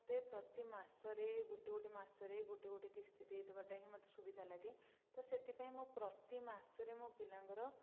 ମୋତେ ପ୍ରତି ମାସରେ ଗୋଟେ ଗୋଟେ ମାସରେ ଗୋଟେ ଗୋଟେ କିସ୍ତି ଦେଇଦେବାଟା ହିଁ ମୋତେ ସୁବିଧା ଲାଗେ ତ ସେଥିପାଇଁ ମୁଁ ପ୍ରତି ମାସରେ ମୋ ପିଲାଙ୍କର